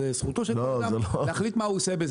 זו זכותו של כל אדם להחליט מה הוא עושה,